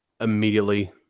immediately